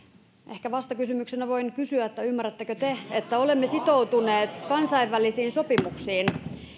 ehkä vastakysymyksenä voin kysyä että ymmärrättekö te että olemme sitoutuneet kansainvälisiin sopimuksiin